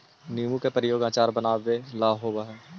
नींबू का प्रयोग अचार बनावे ला होवअ हई